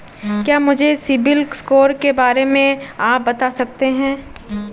क्या मुझे CIBIL score के बारे में आप बता सकते हैं?